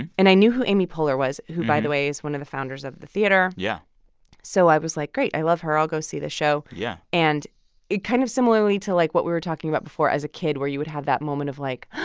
and and i knew who amy poehler was, who, by the way, is one of the founders of the theater. yeah so i was like, great. i love her. i'll go see the show yeah and kind of similarly to, like, what we were talking about before as a kid where you would have that moment of like,